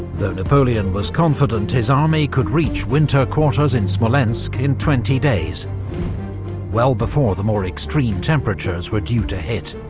though napoleon was confident his army could reach winter quarters in smolensk in twenty days well before the more extreme temperatures were due to hit.